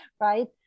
right